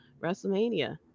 WrestleMania